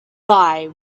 guy